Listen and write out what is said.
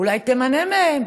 אולי תמנה מהם.